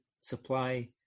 supply